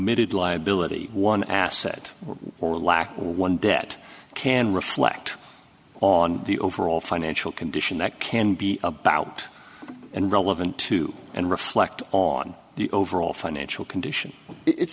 omitted liability one asset or lack one debt can reflect on the overall financial condition that can be about and relevant to and reflect on the overall financial condition it